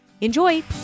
Enjoy